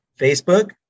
Facebook